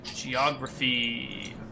Geography